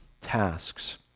tasks